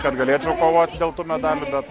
kad galėčiau kovot dėl medalių bet